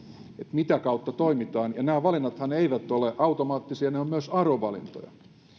mitä kautta toimitaan nämä valinnathan eivät ole automaattisia ne ovat myös arvovalintoja